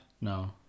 no